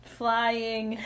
flying